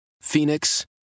Phoenix